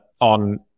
on